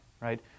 right